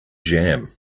jam